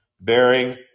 bearing